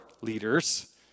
leaders